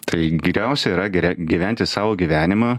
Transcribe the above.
tai geriausia yra geria gyventi savo gyvenimą